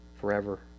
forever